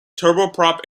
turboprop